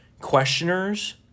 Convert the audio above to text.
questioners